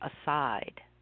aside